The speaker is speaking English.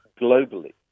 globally